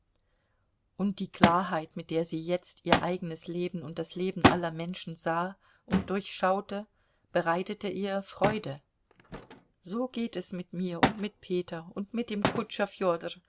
und die klarheit mit der sie jetzt ihr eigenes leben und das leben aller menschen sah und durchschaute bereitete ihr freude so geht es mit mir und mit peter und mit dem kutscher